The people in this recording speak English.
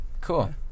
cool